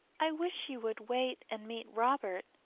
i wish you would wait and meet robert,